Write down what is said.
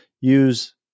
Use